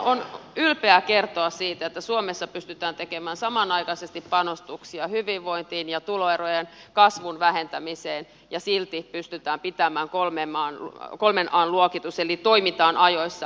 voi ylpeänä kertoa siitä että suomessa pystytään tekemään samanaikaisesti panostuksia hyvinvointiin ja tuloerojen kasvun vähentämiseen ja silti pystytään pitämään kolmen an luokitus eli toimitaan ajoissa